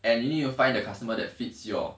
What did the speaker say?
and you need to find the customer that fits your